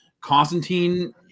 Constantine